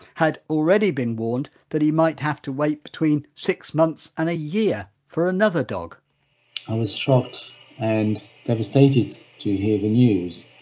had already been warned that he might have to wait between six months and a year for another dog i was shocked and devastated to hear the news.